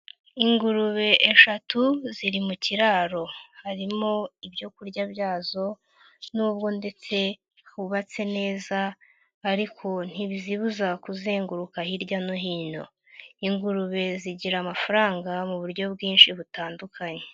Ingurube eshatu ziri mu kiraro. Harimo ibyo kurya byazo nubwo ndetse hubatse neza ariko ntibizibuza kuzenguruka hirya no hino. Ingurube zigira amafaranga mu buryo bwinshi butandukanye.